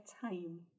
time